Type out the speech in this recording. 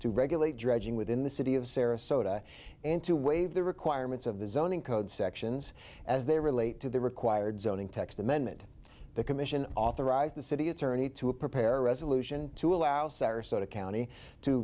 to regulate dredging within the city of sarasota and to waive the requirements of the zoning code sections as they relate to the required zoning text amendment the commission authorized the city attorney to prepare a resolution to allow sarasota county to